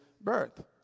birth